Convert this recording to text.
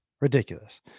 ridiculous